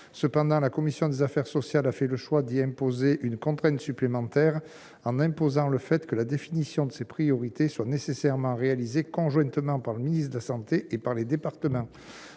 Cependant, la commission des affaires sociales a fait le choix d'imposer comme contrainte supplémentaire que la définition de ces priorités soit nécessairement pensée conjointement par le ministre de la santé et par les départements.